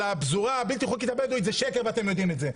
הפזורה הבלתי חוקית הבדואית זה שקר ואתם יודעים את זה.